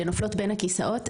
שנופלות בין הכיסאות,